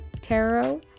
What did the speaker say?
tarot